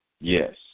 Yes